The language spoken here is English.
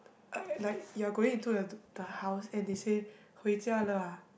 uh like you're going into the to the house and then they say 回家了 ah